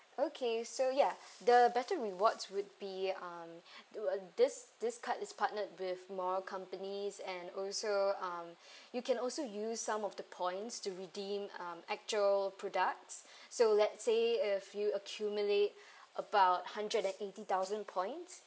okay so ya the better rewards would be um to uh this this card is partnered with more companies and also um you can also use some of the points to redeem um actual products so let's say if you accumulate about hundred and eighty thousand points you can redeem like